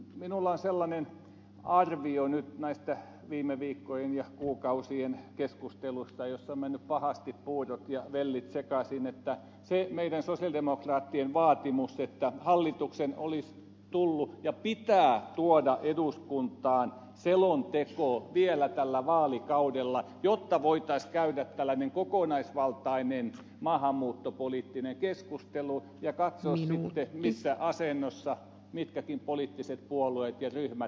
minulla on sellainen arvio nyt näistä viime viikkojen ja kuukausien keskusteluista joissa ovat menneet pahasti puurot ja vellit sekaisin että se meidän sosialidemokraattien vaatimus että hallituksen olisi tullut ja pitää tuoda eduskuntaan selonteko vielä tällä vaalikaudella jotta voitaisiin käydä tällainen kokonaisvaltainen maahanmuuttopoliittinen keskustelu ja katsoa sitten missä asennossa mitkäkin poliittiset puolueet ja ryhmät ovat